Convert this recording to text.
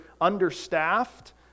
understaffed